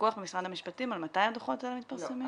פיקוח במשרד המשפטים על מתי הדוחות האלה מתפרסמים?